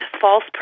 false